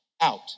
out